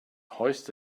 hoist